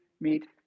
meet